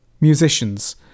musicians